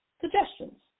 Suggestions